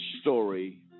story